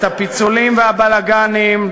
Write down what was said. את הפיצולים והבלגנים,